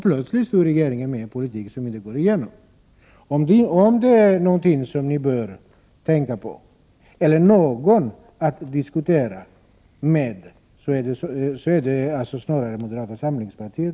Plötsligt står regeringen där med en politik som inte går igenom. Om det är någon som ni socialdemokrater bör diskutera med, är det alltså snarare moderata samlingspartiet.